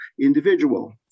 individual